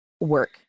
work